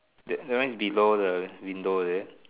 that that one is below the window there